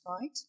right